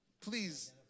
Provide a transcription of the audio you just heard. Please